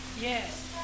yes